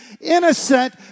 innocent